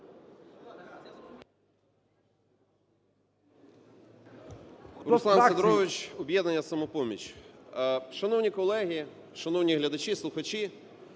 Руслан Сидорович, "Об'єднання "Самопоміч". Шановні колеги, шановні глядачі, слухачі!